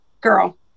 girl